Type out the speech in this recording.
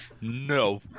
no